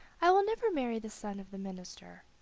i will never marry the son of the minister.